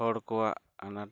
ᱦᱚᱲ ᱠᱚᱣᱟᱜ ᱟᱱᱟᱴ